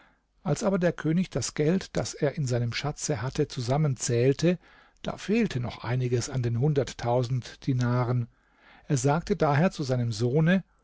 als aber der könig das geld das er in seinem schatze hatte zusammenzählte da fehlte noch einiges an den hunderttausend dinaren er sagte daher zu seinem sohne